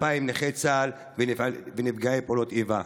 2,000 נכי צה"ל ונפגעי פעולות איבה.